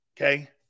Okay